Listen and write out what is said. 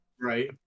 right